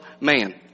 man